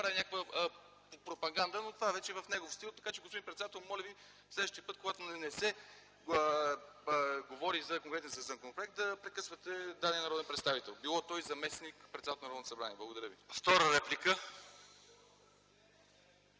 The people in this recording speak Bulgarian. да прави някаква пропаганда, но това вече е в негов стил, така че, господин председател, моля Ви следващия път, когато не се говори конкретно за законопроекта да прекъсвате дадения народен представител, било то и заместник-председател на Народното събрание. Благодаря ви.